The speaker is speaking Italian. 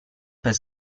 per